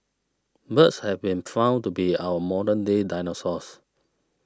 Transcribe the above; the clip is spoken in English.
birds have been found to be our modern day dinosaurs